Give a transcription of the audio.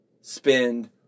spend